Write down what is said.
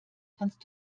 kannst